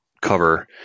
cover